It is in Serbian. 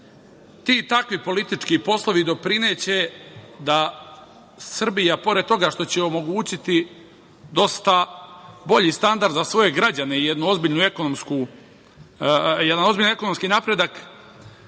Ti takvi politički poslovi doprineće da Srbija, pored toga što će omogućiti dosta bolji standard za svoje građane i jedan ozbiljan ekonomski napredak,